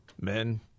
men